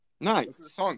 Nice